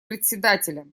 председателя